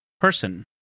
person